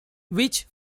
which